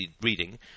reading